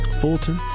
Fulton